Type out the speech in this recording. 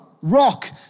rock